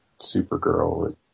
Supergirl